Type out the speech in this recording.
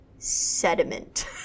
Sediment